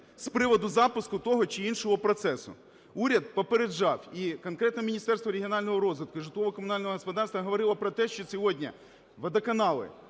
з приводу запуску того чи іншого процесу. Уряд попереджав, і конкретно Міністерство регіонального розвитку і житлово-комунального господарства говорило про те, що сьогодні водоканали